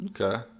Okay